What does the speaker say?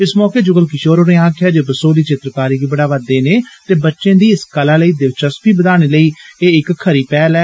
इस मौके जुगल किशोर होरे आक्खेआ जे बसोहली चित्रकारी गी बढ़ावा देने ते बच्चें दी इस कला लेई दिलचस्पी बघाने लेई एह् इक खरी पैहल ऐ